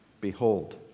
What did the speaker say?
behold